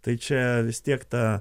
tai čia vis tiek ta